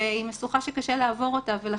וזו משוכה שקשה לעבור אותה ולכן,